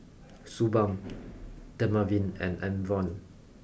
suu balm Dermaveen and Enervon